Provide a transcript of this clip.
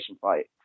fight